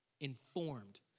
informed